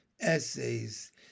essays